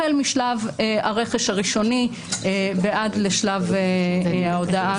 החל משלב הרכש הראשוני ועד לשלב ההודעה